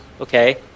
okay